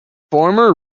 former